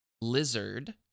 Lizard